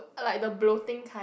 like the bloating kind